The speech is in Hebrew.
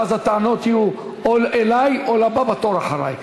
ואז הטענות יהיו או אלי או לבא בתור אחרי.